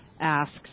asks